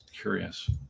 curious